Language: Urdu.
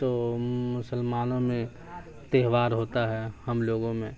تو مسلمانوں میں تہوار ہوتا ہے ہم لوگوں میں